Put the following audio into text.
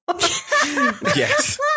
Yes